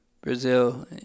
Brazil